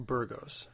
Burgos